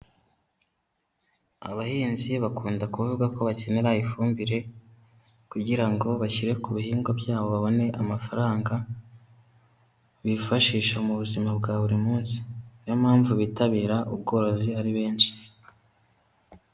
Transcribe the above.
Abahinzi bakunda kuvuga ko bakenera ifumbire kugira ngo bashyire ku bihingwa byabo, babone amafaranga bifashisha mu buzima bwa buri munsi. Niyo mpamvu bitabira ubworozi ari benshi.